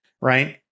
right